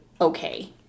okay